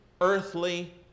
earthly